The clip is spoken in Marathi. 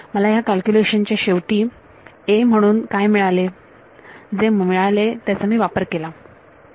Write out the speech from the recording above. मला ह्या कॅल्क्युलेशन च्या शेवटी a म्हणून काय मिळाले जे मला मिळाले त्याचा मी वापर केला